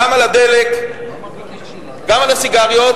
גם על הדלק, גם על הסיגריות,